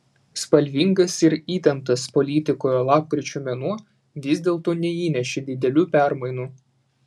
spalvingas ir įtemptas politikoje lapkričio mėnuo vis dėlto neįnešė didelių permainų